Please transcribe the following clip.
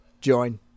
join